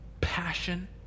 passion